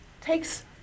Takes